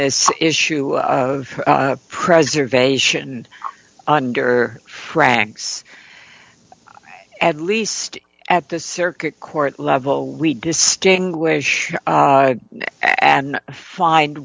this issue of preservation under franks at least at the circuit court level we distinguish and find